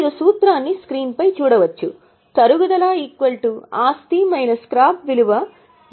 మీరు సూత్రాన్ని స్క్రీన్ పై చూడవచ్చు తరుగుదల ఆస్తి మైనస్ స్క్రాప్ విలువ ఉపయోగకరమైన జీవితం